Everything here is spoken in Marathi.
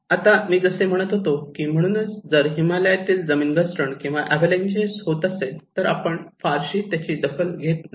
आता मी जसे म्हणत होतो कि म्हणूनच जर हिमालयात जमीन घसरण किंवा अवलांचेस होत असेल तर आपण फारशी त्याची दखल घेत नाही